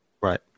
Right